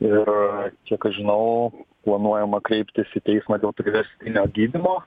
ir kiek aš žinau planuojama kreiptis į teismą dėl priverstinio gydymo